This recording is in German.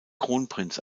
kronprinz